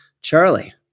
Charlie